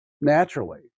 naturally